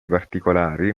particolari